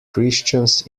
christians